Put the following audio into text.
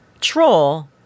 troll